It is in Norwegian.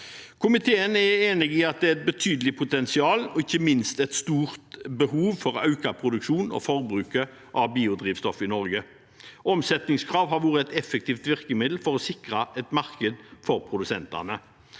Komiteen er enig i at det er et betydelig potensial og ikke minst et stort behov for å øke produksjonen og forbruket av biodrivstoff i Norge. Omsetningskrav har vært et effektivt virkemiddel for å sikre et marked for produsentene.